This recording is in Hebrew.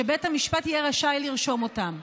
שבית המשפט יהיה רשאי לרשום אותם.